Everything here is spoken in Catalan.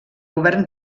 govern